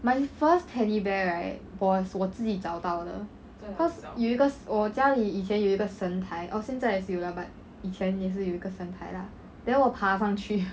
my first teddy bear right was 我自己找到的 cause 有一个我家里以前有一个神台 oh 现在也是有 lah but 以前也是有一个神台 lah then 我爬上去